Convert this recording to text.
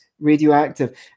radioactive